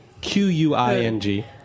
Q-U-I-N-G